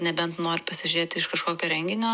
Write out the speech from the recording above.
nebent nori pasižiūrėti iš kažkokio renginio